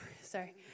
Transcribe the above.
sorry